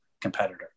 competitor